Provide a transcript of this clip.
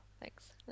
Thanks